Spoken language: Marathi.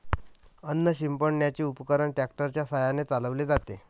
अन्न शिंपडण्याचे उपकरण ट्रॅक्टर च्या साहाय्याने चालवले जाते